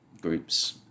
groups